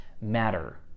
matter